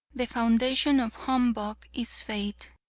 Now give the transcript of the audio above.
the foundation of humbug is faith.